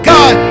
God